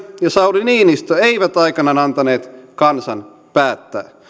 ja sauli niinistö eivät aikanaan antaneet kansan päättää